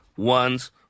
one's